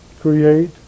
Create